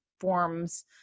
forms